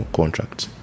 contracts